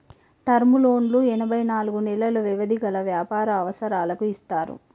term లోన్లు ఎనభై నాలుగు నెలలు వ్యవధి గల వ్యాపార అవసరాలకు ఇస్తారు